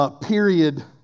Period